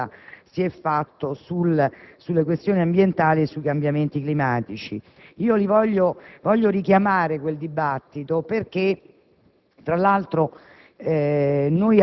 al recente dibattito svolto in quest'Aula sulle questioni ambientali e i cambiamenti climatici. Voglio richiamare quel dibattito, perché